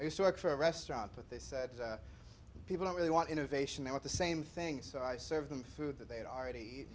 i used to work for a restaurant but they said people don't really want innovation at the same thing so i serve them food that they had already